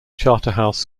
charterhouse